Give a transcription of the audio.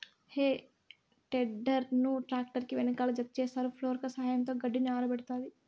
హే tedder ను tractor కి వెనకాల జతచేస్తారు, ఫోర్క్ల సహాయంతో గడ్డిని ఆరబెడతాది